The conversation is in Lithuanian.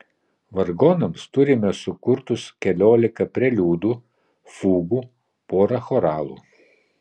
vargonams turime sukurtus keliolika preliudų fugų porą choralų